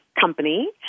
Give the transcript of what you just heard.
company